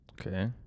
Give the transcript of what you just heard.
Okay